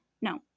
no